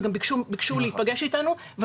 שגם ביקשו להיפגש איתנו,